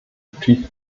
typ